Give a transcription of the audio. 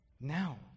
Now